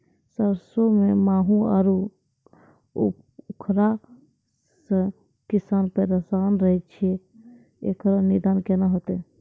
सरसों मे माहू आरु उखरा से किसान परेशान रहैय छैय, इकरो निदान केना होते?